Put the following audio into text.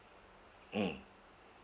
mm